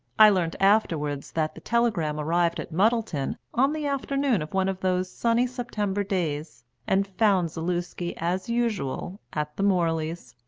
i learnt afterwards that the telegram arrived at muddleton on the afternoon of one of those sunny september days and found zaluski as usual at the morleys.